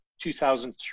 2003